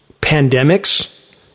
pandemics